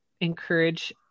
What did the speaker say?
encourage